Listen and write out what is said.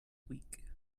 weak